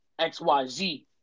XYZ